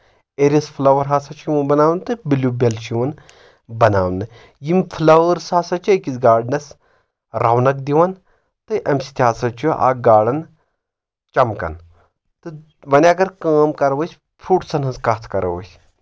iris flower ہسا چھُ یِوان بناونہٕ تہٕ بلیو بیٚل چھُ یِوان بناونہٕ یِم فٕلاوٲرٕس ہسا چھِ أکِس گاڑنس رونک دِوان تہٕ امہِ سۭتۍ ہسا چھُ اکھ گاڈن چمکان تہٕ وۄنۍ اگر کٲم کرو أسۍ فروٗٹسن ہٕنٛز کتھ کرو أسۍ